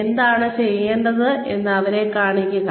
എന്താണ് ചെയ്യേണ്ടതെന്ന് അവരെ കാണിക്കുക